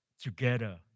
together